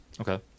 Okay